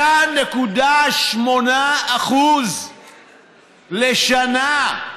5.8% לשנה,